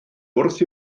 wrth